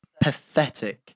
pathetic